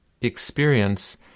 experience